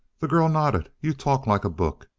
the girl nodded. you talk like a book.